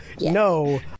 no